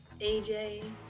AJ